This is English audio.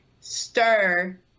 Stir